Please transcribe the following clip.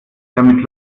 damit